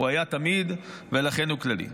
הוא היה תמיד, ולכן הוא כללי.